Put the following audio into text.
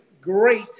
great